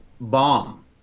bomb